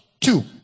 Two